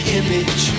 image